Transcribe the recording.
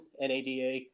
NADA